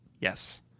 yes